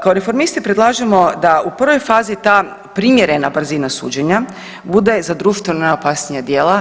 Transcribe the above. Kao reformisti predlažemo da u prvoj fazi ta primjerena brzina suđenja bude za društveno najopasnija djela.